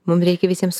mum reikia visiem